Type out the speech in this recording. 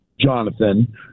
Jonathan